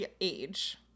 age